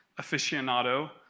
aficionado